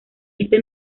este